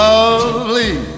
Lovely